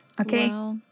Okay